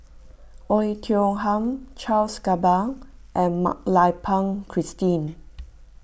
Oei Tiong Ham Charles Gamba and Mak Lai Peng Christine